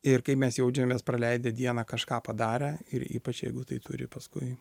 ir kaip mes jaučiamės praleidę dieną kažką padarę ir ypač jeigu tai turi paskui